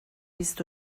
بیست